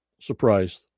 surprised